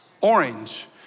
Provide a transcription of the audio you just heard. orange